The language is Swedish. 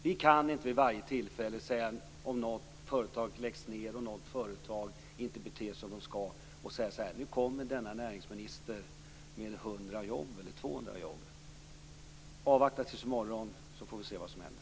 Vi kan inte vid varje tillfälle då något företag läggs ned, eller om något företag inte beter sig som det skall, säga att nu kommer näringsministern med 100 eller 200 jobb. Avvakta till i morgon så får vi se vad som händer.